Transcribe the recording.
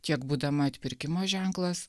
kiek būdama atpirkimo ženklas